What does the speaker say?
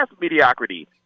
mediocrity